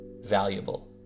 valuable